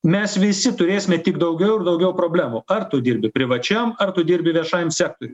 mes visi turėsime tik daugiau ir daugiau problemų ar tu dirbi privačiam ar tu dirbi viešajam sektoriui